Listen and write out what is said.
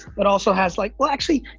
but also has like? well actually,